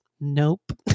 nope